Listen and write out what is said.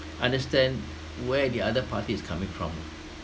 understand where the other party is coming from